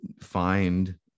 find